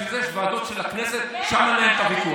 בשביל זה יש ועדות של הכנסת, ושם ננהל את הוויכוח.